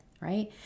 right